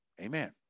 Amen